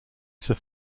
sir